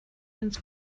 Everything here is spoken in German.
ins